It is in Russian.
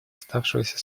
оставшегося